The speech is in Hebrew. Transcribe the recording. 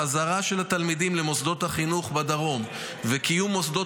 החזרה של התלמידים למוסדות החינוך בדרום וקיום מוסדות